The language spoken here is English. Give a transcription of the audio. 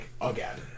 again